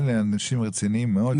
לי אנשים רציניים מאוד שרוצים בטובה.